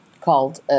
called